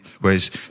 whereas